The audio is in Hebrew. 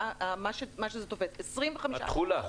התכולה.